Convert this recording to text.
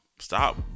Stop